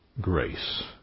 grace